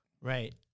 right